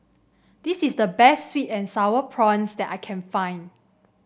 this is the best sweet and sour prawns that I can find